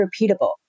repeatable